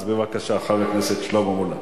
אז בבקשה, חבר הכנסת שלמה מולה.